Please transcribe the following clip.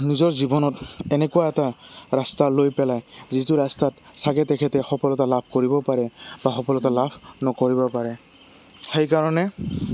নিজৰ জীৱনত এনেকুৱা এটা ৰাস্তা লৈ পেলাই যিটো ৰাস্তাত চাগে তেখেতে সফলতা লাভ কৰিব পাৰে বা সফলতা লাভ নকৰিব পাৰে সেইকাৰণে